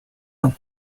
ans